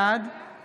בעד